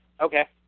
Okay